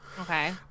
Okay